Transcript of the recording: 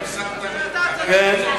אתה לא שר בכיר, כן,